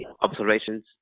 observations